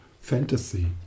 fantasy